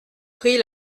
prix